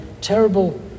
terrible